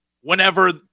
whenever